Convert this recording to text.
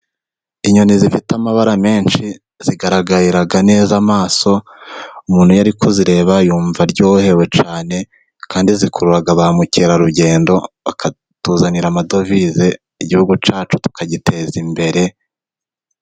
Inyoni zifite amabara menshi zigaragarira neza amaso, umuntu iyo ari kuzireba yumva aryohewe cyane, kandi zikurura ba mukerarugendo bakatuzanira amadovize, igihugu cyacu tukagiteza imbere.